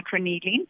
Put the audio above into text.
microneedling